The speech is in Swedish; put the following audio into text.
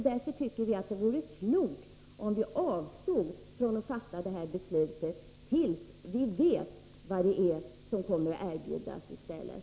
Därför tycker vi att det vore klokt om vi avstod från att fatta detta beslut tills vi vet vad som kommer att erbjudas i stället.